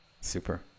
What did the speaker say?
super